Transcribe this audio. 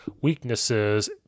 weaknesses